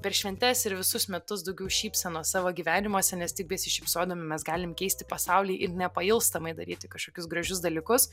per šventes ir visus metus daugiau šypsenos savo gyvenimuose nes tik besišypsodami mes galim keisti pasaulį ir nepailstamai daryti kažkokius gražius dalykus